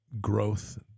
growth